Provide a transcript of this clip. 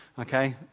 okay